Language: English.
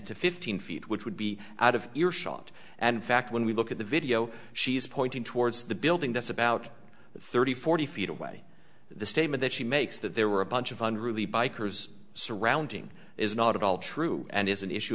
to fifteen feet which would be out of earshot and fact when we look at the video she is pointing towards the building that's about thirty forty feet away the statement that she makes that there were a bunch of fun really bikers surrounding is not at all true and is an issue